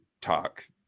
talk